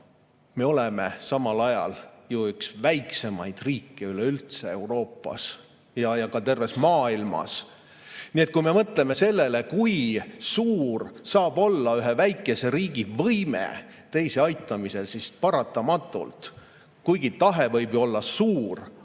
me oleme samal ajal üks väikseimaid riike Euroopas ja ka terves maailmas. Kui me mõtleme sellele, kui suur saab olla ühe väikese riigi võime teist aidata, siis kuigi tahe võib olla suur,